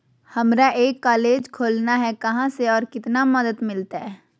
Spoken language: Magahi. हमरा एक कॉलेज खोलना है, कहा से और कितना मदद मिलतैय?